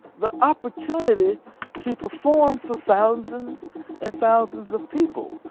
the opportunity to perform for thousands and thousands of people,